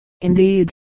indeed